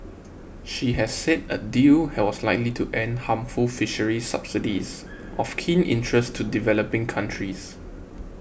she has said a deal was likely to end harmful fisheries subsidies of keen interest to developing countries